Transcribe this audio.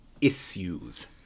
issues